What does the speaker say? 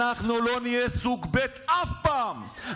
אנחנו לא נהיה סוג ב' אף פעם,